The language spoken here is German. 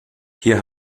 hier